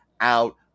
Out